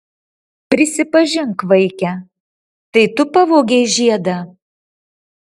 prisipažink vaike tai tu pavogei žiedą